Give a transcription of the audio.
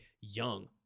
young